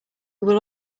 will